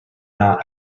not